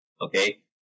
okay